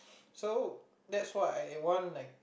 so that's what I want like